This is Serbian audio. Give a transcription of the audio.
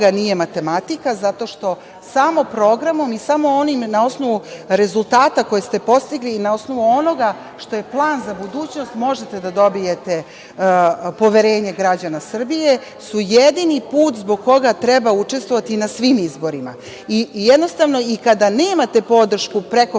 nije matematika zato što samo programom i samo na osnovu rezultata koje ste postigli i na osnovu onoga što je plan za budućnost možete da dobijete poverenje građana Srbije i jedini su put zbog koga treba učestvovati na svim izborima. Jednostavno, i kada nemate podršku preko